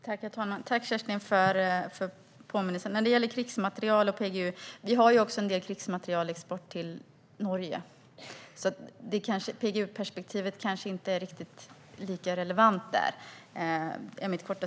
Herr talman! Tack, Kerstin, för påminnelsen! När det gäller frågan om krigsmateriel och PGU har vi ju en del export till Norge. Mitt korta svar är att PGU-perspektivet kanske inte är riktigt lika relevant där.